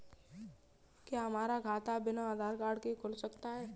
क्या हमारा खाता बिना आधार कार्ड के खुल सकता है?